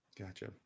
gotcha